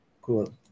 Cool